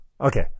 okay